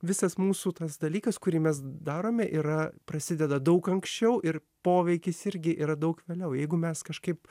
visas mūsų tas dalykas kurį mes darome yra prasideda daug anksčiau ir poveikis irgi yra daug vėliau jeigu mes kažkaip